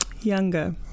Younger